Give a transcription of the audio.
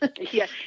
Yes